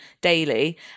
daily